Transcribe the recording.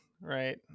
right